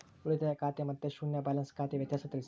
ಉಳಿತಾಯ ಖಾತೆ ಮತ್ತೆ ಶೂನ್ಯ ಬ್ಯಾಲೆನ್ಸ್ ಖಾತೆ ವ್ಯತ್ಯಾಸ ತಿಳಿಸಿ?